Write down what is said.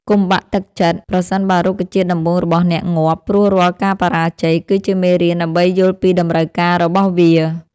កុំបាក់ទឹកចិត្តប្រសិនបើរុក្ខជាតិដំបូងរបស់អ្នកងាប់ ព្រោះរាល់ការបរាជ័យគឺជាមេរៀនដើម្បីយល់ពីតម្រូវការរបស់វា។